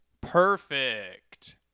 Perfect